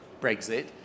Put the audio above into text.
Brexit